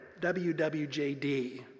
WWJD